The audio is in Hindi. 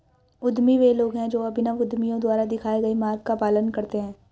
उद्यमी वे लोग हैं जो अभिनव उद्यमियों द्वारा दिखाए गए मार्ग का पालन करते हैं